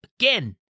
again